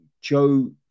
Joe